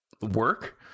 work